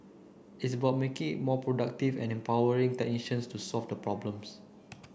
it's about making it more productive and empowering technicians to solve the problems